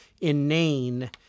inane